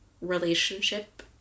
relationship